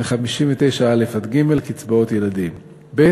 ו-59(א) (ג), קצבאות ילדים, ב.